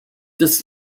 this